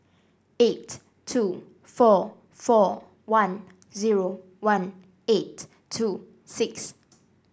eight two four four one zero one eight two six